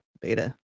Beta